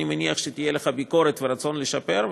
אני מניח שיהיו לך ביקורת ורצון לשפר,